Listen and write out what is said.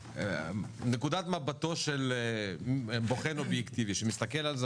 מנקודת מבטו של בוחן אובייקטיבי שמסתכל על זה,